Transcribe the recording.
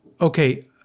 Okay